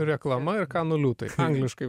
reklama ir kanų liūtai angliškai